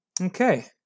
Okay